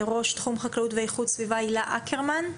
ראש תחום חקלאות ואיכות סביבה, הילה אקרמן.